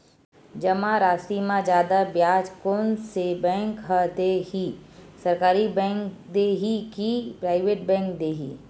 जमा राशि म जादा ब्याज कोन से बैंक ह दे ही, सरकारी बैंक दे हि कि प्राइवेट बैंक देहि?